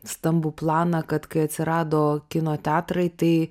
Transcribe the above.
stambų planą kad kai atsirado kino teatrai tai